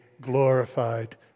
glorified